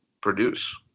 produce